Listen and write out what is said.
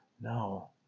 No